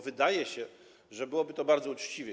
Wydaje się, że byłoby to bardzo uczciwe.